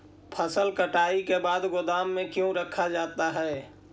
फसल कटाई के बाद गोदाम में क्यों रखा जाता है?